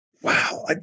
Wow